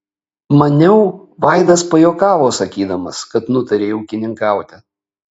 maniau vaidas pajuokavo sakydamas kad nutarei ūkininkauti